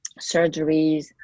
surgeries